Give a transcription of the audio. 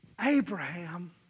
Abraham